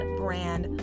brand